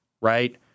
right